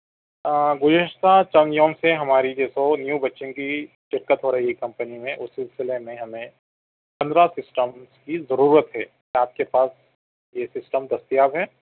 گزشتہ چند یوم سے ہماری رپورٹ نیو بچوں کی دقت ہو رہی کمپنی میں اس سلسلے میں ہمیں پندرہ سسٹمس کی ضرورت ہے آپ کے پاس یہ سسٹم دستیاب ہیں